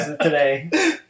today